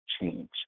change